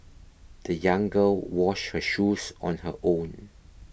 the young girl washed her shoes on her own